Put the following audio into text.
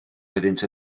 oeddynt